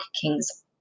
King's